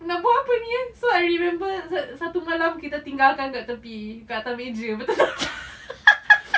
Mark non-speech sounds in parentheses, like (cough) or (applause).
nak buat apa ni eh so I remember satu satu malam kita tinggalkan kat tepi kat atas meja betul tak (laughs)